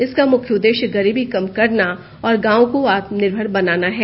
इसका मुख्य उद्देश्य गरीबी कम करना और गांवों को आत्मनिर्भर बनाना है